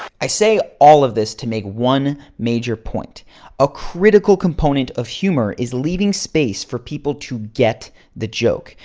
i say all of this to make one major point a critical component of humor is leaving space for people to get the joke.